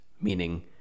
meaning